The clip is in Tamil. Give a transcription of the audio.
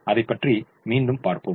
அதைப்பற்றி மீண்டும் பார்ப்போம்